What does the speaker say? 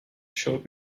showed